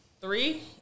Three